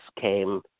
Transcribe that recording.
came